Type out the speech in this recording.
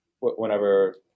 whenever